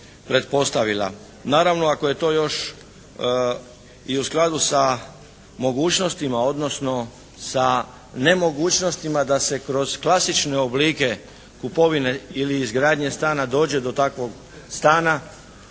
naravno ako je to još i u skladu sa mogućnostima, odnosno sa nemogućnostima da se kroz klasične oblike kupovine ili izgradnje stana dođe do takvog stana